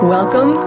Welcome